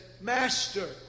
Master